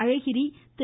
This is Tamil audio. அழகிரி திரு